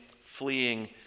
fleeing